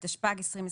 התשפ"ג-2023.